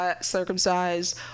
circumcised